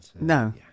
No